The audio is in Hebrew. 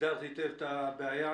הגדרת היטב את הבעיה.